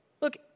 Look